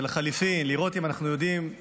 ולחלופין לראות אם אנחנו יודעים לנצל